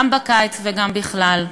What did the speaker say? גם בקיץ וגם בכלל.